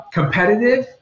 competitive